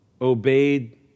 obeyed